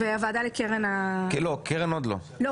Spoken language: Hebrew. עם הקרן עוד לא,